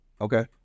Okay